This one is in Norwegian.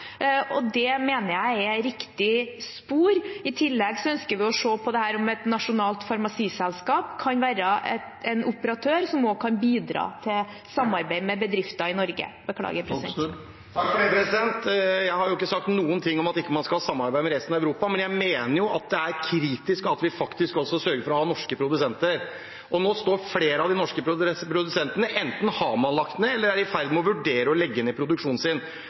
og det mener jeg er riktig spor. I tillegg ønsker vi å se på om et nasjonalt farmasiselskap kan være en operatør som også kan bidra til samarbeid med bedrifter i Norge. Jeg har ikke sagt noen ting om at man ikke skal ha samarbeid med resten av Europa, men jeg mener jo det er kritisk at vi sørger for også å ha norske produsenter. Flere av de norske produsentene har enten lagt ned eller er i ferd med å vurdere å legge ned produksjonen sin.